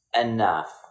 enough